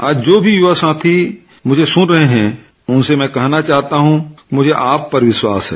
आज जो भी युवा साथी मुझे सुन रहे हैं उनसे मैं कहना चाहता हूं कि मुझे आप पर विश्वास है